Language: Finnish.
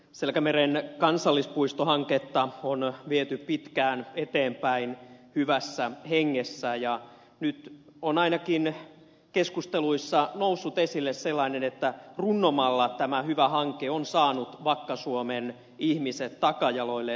selkämeren kansallispuistohanketta on viety pitkään eteenpäin hyvässä hengessä ja nyt on ainakin keskusteluissa noussut esille sellainen että runnomalla tämä hyvä hanke on saanut vakka suomen ihmiset takajaloilleen